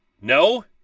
No